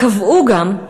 קבעו גם,